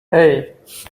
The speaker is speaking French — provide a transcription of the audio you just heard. hey